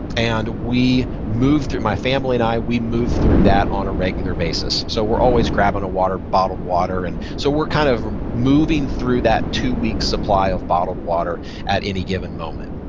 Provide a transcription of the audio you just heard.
and we move through, my family and i, we move through that on a regular basis. so, we're always grabbing a water, bottled water. and so, we're kind of moving through that two-week supply of bottled water at any given moment.